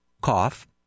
cough